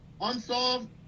unsolved